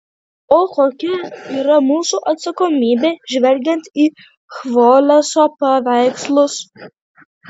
o kokia yra mūsų atsakomybė žvelgiant į chvoleso paveikslus